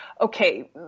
okay